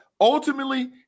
ultimately